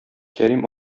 кәрим